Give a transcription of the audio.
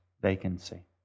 vacancy